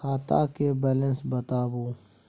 खाता के बैलेंस बताबू?